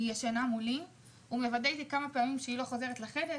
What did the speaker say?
הוא וידא איתי מספר פעמים שהיא לא חוזרת לחדר,